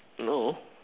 no